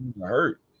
hurt